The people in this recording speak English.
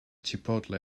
chipotle